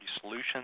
solutions